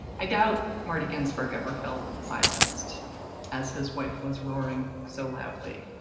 i doubt marty ginsburg ever felt silenced as his wife was roaring so loudly.